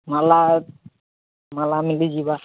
ମାଳା ମାଳା ମିଳିଯିବ